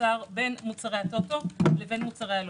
בין מוצרי הטוטו לבין מוצרי הלוטו.